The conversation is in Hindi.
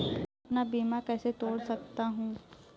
मैं अपना बीमा कैसे तोड़ सकता हूँ?